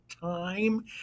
time